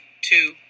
two